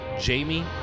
Jamie